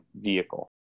vehicle